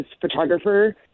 photographer